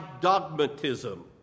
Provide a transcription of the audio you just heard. dogmatism